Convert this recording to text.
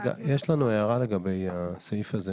רגע, יש לנו הערה לגבי הסעיף הזה.